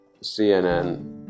CNN